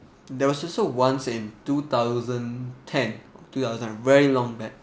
there was also once in two thousand ten two thousand very long back